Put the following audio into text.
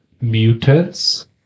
mutants